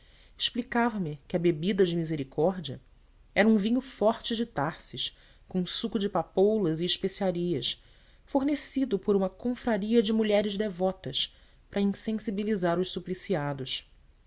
explicava me que a bebida de misericórdia era um vinho forte de tarses com suco de papoulas e especiarias fornecido por uma confraria de mulheres devotas para insensibilizar